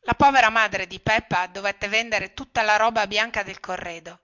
la povera madre di peppa dovette vendere tutta la roba bianca del corredo